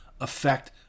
affect